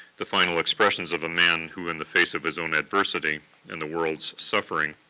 the final expressions of man, who in the face of his own adversity and the world's suffering,